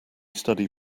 study